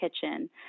kitchen